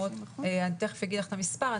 אני תיכף אגיד לך את המספר.